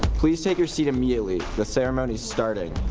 please take your seat immediately, the ceremony is starting.